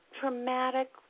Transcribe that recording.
traumatic